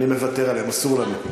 אני מוותר עליהם, אסור לנו.